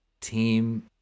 team